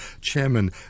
Chairman